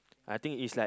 I think is like